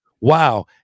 wow